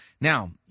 Now